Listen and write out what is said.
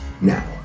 now